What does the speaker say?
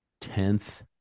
tenth